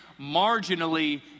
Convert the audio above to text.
marginally